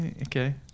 Okay